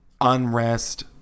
unrest